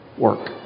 work